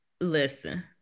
Listen